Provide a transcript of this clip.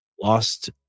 lost